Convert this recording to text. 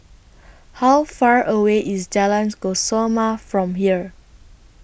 How Far away IS Jalan Kesoma from here